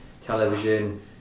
television